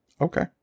okay